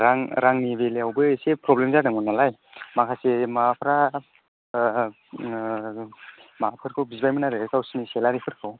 रां रांनि बेलआवबो एसे प्रब्लेम जादोंमोन नालाय माखासे माबाफ्रा माबा फोरखौ बिबाय मोन आरखि गावसिनि सेलारि फोरखौ